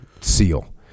SEAL